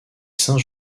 saint